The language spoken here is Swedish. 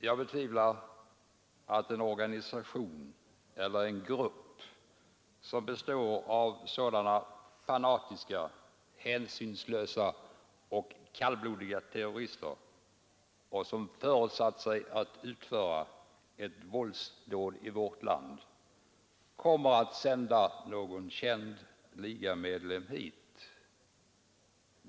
Jag betvivlar att en organisation eller grupp bestående av fanatiska, hänsynslösa och kallblodiga terrorister som föresatt sig att utföra ett våldsdåd i vårt land kommer att sända någon känd ligamedlem hit.